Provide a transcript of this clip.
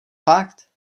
fakt